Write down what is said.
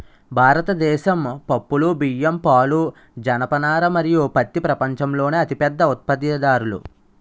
భారతదేశం పప్పులు, బియ్యం, పాలు, జనపనార మరియు పత్తి ప్రపంచంలోనే అతిపెద్ద ఉత్పత్తిదారులు